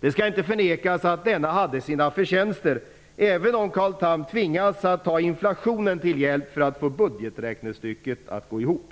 Det skall inte förnekas att denna hade sina förtjänster, även om Carl Tham tvingas att ta inflationen till hjälp för att få budgeträknestycket att gå ihop.